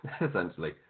essentially